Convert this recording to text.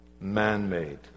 man-made